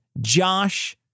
Josh